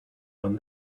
one